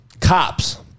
Cops